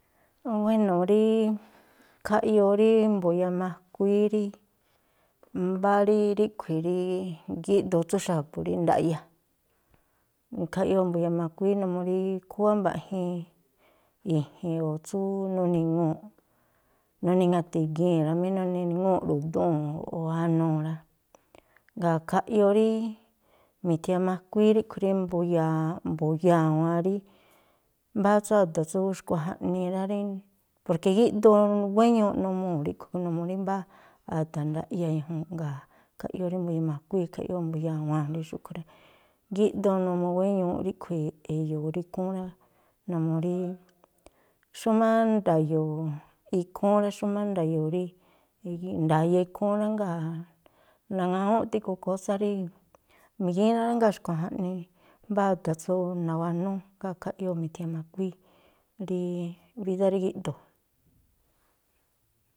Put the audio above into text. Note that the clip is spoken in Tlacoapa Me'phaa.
Buéno̱ rí, khaꞌyoo rí mbu̱yamakuíí rí mbá rí ríꞌkhui̱ rí gíꞌdoo tsú xa̱bu̱ rí ndaꞌya. Khaꞌyoo mbu̱yamakuíí numuu rí khúwá mbaꞌjiin i̱ji̱n o̱ tsú nuni̱ŋuu̱ꞌ nuni̱ŋa̱ti̱gii̱n rá mí. Naniŋúu̱ꞌ ru̱dúu̱n o̱ anuu̱ rá. Jngáa̱ khaꞌyoo rí mi̱thiamakuíí ríꞌkhui̱ rí mbu̱ya̱a̱ mbu̱ya̱wa̱an rí mbáá tsú ada̱ tsú xkui̱ jaꞌnii rá rí. Porke gíꞌdoo wéñuuꞌ numuu̱ ríꞌkhui̱, numuu rí mbáá ada̱ ndaꞌya ñajuu̱nꞌ, jngáa̱ khaꞌyoo rí mbu̱yamakuíi̱, khaꞌyoo mbu̱ya̱waa̱n rí xúꞌkhui̱ rá. Gíꞌdoo numuu wéñuuꞌ ríꞌkhui̱ e̱yo̱o̱ rí ikhúún rá, numuu rí xúmá nda̱yo̱o̱ ikhúún rá, xúmá nda̱yo̱o̱ ikhúún rí nda̱ya ikhúún rá jngáa̱ naŋawúnꞌ tikhu kósá rí migíná, jngáa̱ xkui̱ jaꞌnii mbáá ada̱ tsú nawanúú. Jngáa̱ khaꞌyoo mi̱thiamakuíi̱ rí bídá rí gíꞌdoo̱.